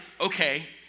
okay